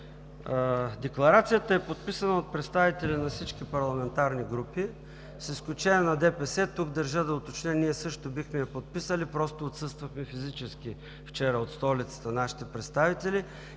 Декларацията е подписана от представители на всички парламентарни групи с изключение на ДПС. Тук държа да уточня, ние също бихме я подписали, просто вчера физически нашите представители